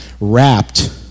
wrapped